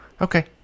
Okay